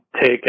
take